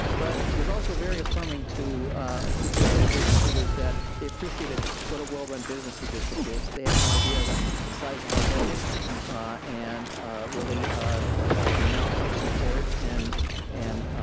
but it was also very affirming to to hear from the business leaders that they appreciated what a well run business the district is. they had no idea that the size of our budget and really the amount of support and and